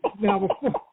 Now